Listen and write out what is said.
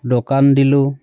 দোকান দিলোঁ